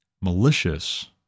malicious